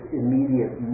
immediate